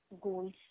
goals